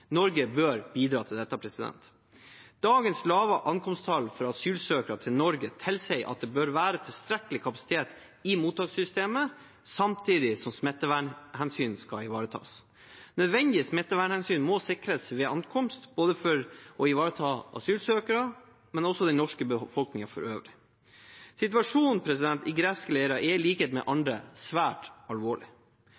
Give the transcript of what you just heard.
Norge bør bidra til dette. Dagens lave ankomsttall for asylsøkere til Norge tilsier at det bør være tilstrekkelig kapasitet i mottakssystemet, samtidig som smittevernhensyn skal ivaretas. Nødvendige smittevernhensyn må sikres ved ankomst, både for å ivareta asylsøkerne og den norske befolkningen for øvrig. Situasjonen i greske leirer er i likhet med